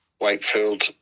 Wakefield